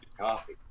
Coffee